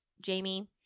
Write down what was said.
Jamie